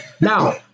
Now